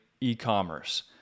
e-commerce